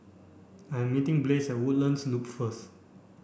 I am meeting Blaze at Woodlands Loop first